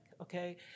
okay